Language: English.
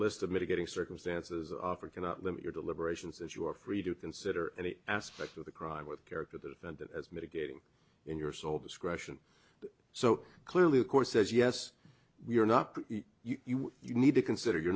list of mitigating circumstances offered cannot limit your deliberations as you are free to consider any aspect of the crime with character defendant as mitigating in your sole discretion so clearly the course says yes we are not you you need to consider you're